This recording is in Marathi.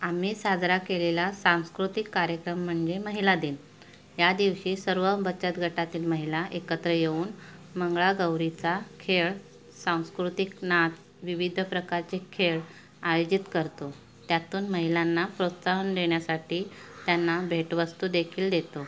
आम्ही साजरा केलेला सांस्कृतिक कार्यक्रम म्हणजे महिला दिन या दिवशी सर्व बचत गटातील महिला एकत्र येऊन मंगळागौरीचा खेळ सांस्कृतिक नाच विविध प्रकारचे खेळ आयोजित करतो त्यातून महिलांना प्रोत्साहन देण्यासाठी त्यांना भेटवस्तू देखील देतो